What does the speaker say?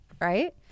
right